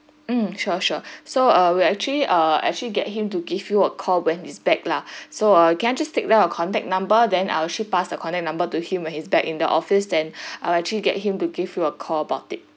mm sure sure so err we actually err actually get him to give you a call when he's back lah so err can I just take your contact number then I'll sure pass the contact number to him when he's back in the office then I'll actually get him to give you a call about it